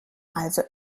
also